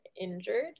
injured